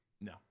No